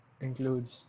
includes